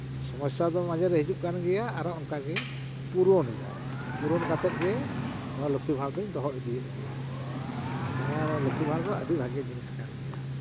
ᱥᱚᱢᱚᱥᱥᱟ ᱫᱚ ᱢᱟᱡᱷᱮ ᱨᱮ ᱦᱩᱭᱩᱜ ᱠᱟᱱ ᱜᱮᱭᱟ ᱟᱨᱚ ᱚᱱᱠᱟ ᱜᱤᱧ ᱯᱩᱨᱚᱱ ᱮᱫᱟ ᱯᱩᱨᱚᱱ ᱠᱟᱛᱮᱫ ᱜᱮ ᱱᱚᱣᱟ ᱞᱚᱠᱠᱷᱤ ᱵᱷᱟᱬ ᱫᱚᱧ ᱫᱚᱦᱚ ᱤᱫᱤᱮᱫ ᱜᱮᱭᱟ ᱦᱮᱸ ᱚᱱᱟ ᱞᱚᱠᱠᱷᱤ ᱵᱷᱟᱬ ᱫᱚ ᱟᱹᱰᱤ ᱵᱷᱟᱜᱮ ᱡᱤᱱᱤᱥ ᱠᱟᱱ ᱜᱮᱭᱟ